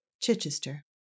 Chichester